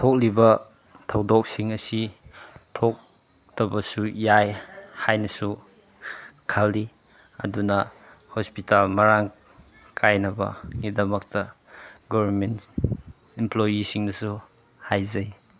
ꯊꯣꯛꯂꯤꯕ ꯊꯧꯗꯣꯛꯁꯤꯡ ꯑꯁꯤ ꯊꯣꯛꯇꯕꯁꯨ ꯌꯥꯏ ꯍꯥꯏꯅꯁꯨ ꯈꯜꯂꯤ ꯑꯗꯨꯅ ꯍꯣꯁꯄꯤꯇꯥꯂ ꯃꯔꯥꯡ ꯀꯥꯏꯅꯕꯒꯤꯗꯃꯛꯇ ꯒꯣꯔꯃꯦꯟ ꯏꯝꯄ꯭ꯂꯣꯌꯤꯁꯤꯡꯅꯁꯨ ꯍꯥꯏꯖꯩ